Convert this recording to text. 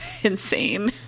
insane